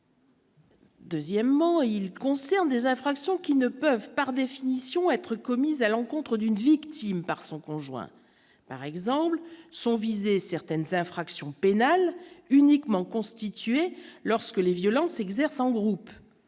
Deuxièmement, il concerne des infractions qui ne peuvent par définition être commises à l'encontre d'une victime par son conjoint par exemple sont visées certaines infractions pénales uniquement constituée lorsque les violences exercées en groupe,